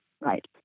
right